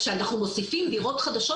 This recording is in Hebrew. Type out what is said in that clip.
כשאנחנו מוסיפים דירות חדשות,